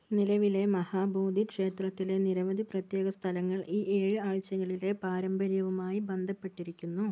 നിലവിലെ മഹാബോധി ക്ഷേത്രത്തിലെ നിരവധി പ്രത്യേക സ്ഥലങ്ങൾ ഈ ഏഴ് ആഴ്ചകളിലെ പാരമ്പര്യവുമായി ബന്ധപ്പെട്ടിരിക്കുന്നു